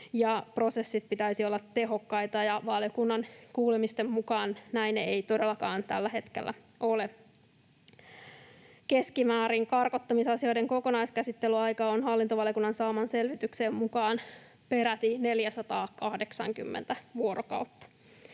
prosessien pitäisi olla tehokkaita. Valiokunnan kuulemisten mukaan näin ei todellakaan tällä hetkellä ole. Keskimäärin karkottamisasioiden kokonaiskäsittelyaika on hallintovaliokunnan saaman selvityksen mukaan peräti 480 vuorokautta,